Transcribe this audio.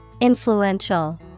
Influential